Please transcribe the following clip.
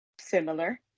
similar